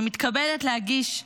אני מתכבדת להשיב